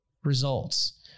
results